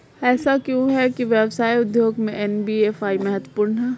ऐसा क्यों है कि व्यवसाय उद्योग में एन.बी.एफ.आई महत्वपूर्ण है?